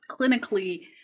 clinically